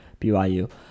BYU